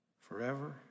forever